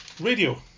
Radio